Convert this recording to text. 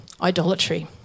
idolatry